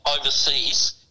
overseas